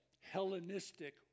Hellenistic